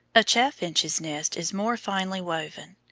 a chaffinch's nest is more finely woven.